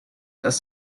thus